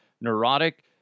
Neurotic